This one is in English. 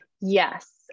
Yes